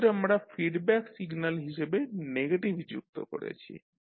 এক্ষেত্রে আমরা feedback signal হিসাবে নেগেটিভ যুক্ত করেছি